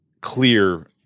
clear